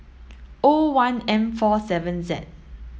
O one M four seven Z